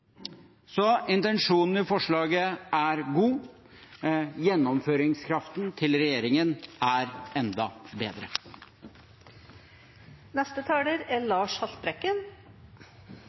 Så intensjonen i forslaget er god, gjennomføringskraften til regjeringen er enda